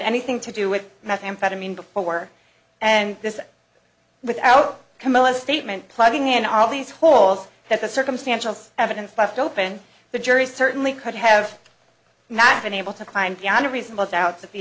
anything to do with methamphetamine before and this without camillus statement plugging in all these holes that the circumstantial evidence left open the jury certainly could have not been able to climb piano reasonable doubt that the